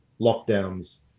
lockdowns